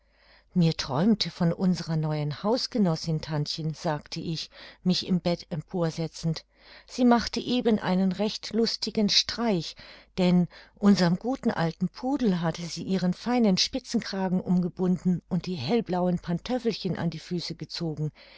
mir träumte von unserer neuen hausgenossin tantchen sagte ich mich im bett empor setzend sie machte eben einen recht lustigen streich denn unserm guten alten pudel hatte sie ihren feinen spitzenkragen umgebunden und die hellblauen pantöffelchen an die füße gezogen